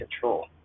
control